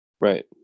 Right